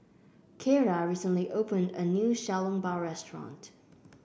Keira recently opened a new Xiao Long Bao restaurant